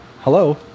hello